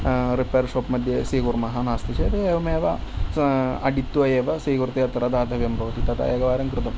repair shop मध्ये स्वीकुर्मः नास्ति चेत् एवमेव अटित्वा एव स्वीकृत्य अत्र दातव्यं भवति तथा एकवारं कृतम्